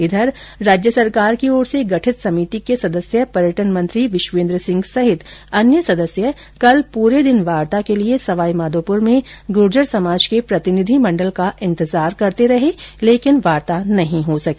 इधर राज्य सरकार की ओर से गठित समिति के सदस्य पर्यटन मंत्री विश्वेन्द्र सिंह सहित अन्य सदस्य कल प्रे दिन वार्ता के लिये सवाईमाधोपुर में गुर्जर समाज के प्रतिनिधि मंडल का इंतजार करते रहे लेकिन वार्ता नहीं हो सकी